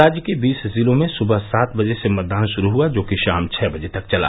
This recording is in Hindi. राज्य के बीस जिलों में सुबह सात बजे से मतदान शुरू हुआ जो कि शाम छः बजे तक चला